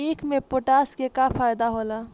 ईख मे पोटास के का फायदा होला?